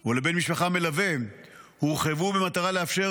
או לבן משפחה מלווה הורחבו במטרה לאפשר